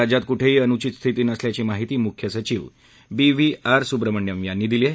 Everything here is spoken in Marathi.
राज्यात कुठेही अनुषित स्थिती नसल्याची माहिती मुख्य सचिव बी व्ही आर सुब्रमण्यम यांनी दिली आहे